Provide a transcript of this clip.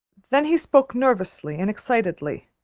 then he spoke nervously and excitedly